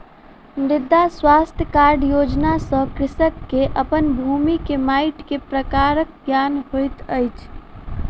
मृदा स्वास्थ्य कार्ड योजना सॅ कृषक के अपन भूमि के माइट के प्रकारक ज्ञान होइत अछि